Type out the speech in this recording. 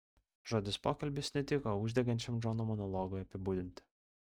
žodis pokalbis netiko uždegančiam džono monologui apibūdinti